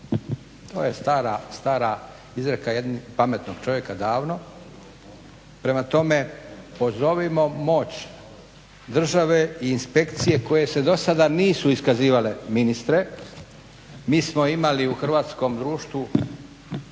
To je stara izreka jednog pametnog čovjeka davno. Prema tome, pozovimo moć države i inspekcije koje se dosada nisu iskazivale, ministre, mi smo imali u hrvatskom društvu